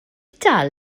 dal